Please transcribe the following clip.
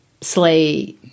sleigh